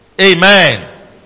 Amen